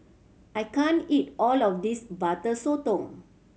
I can't eat all of this Butter Sotong